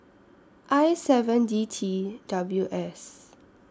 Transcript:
I seven D T W S